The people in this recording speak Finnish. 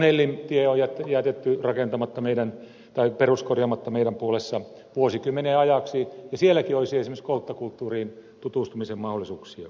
ivalonellim tie on jätetty peruskorjaamatta meidän puolessa vuosikymmenien ajaksi ja sielläkin olisi esimerkiksi kolttakulttuuriin tutustumisen mahdollisuuksia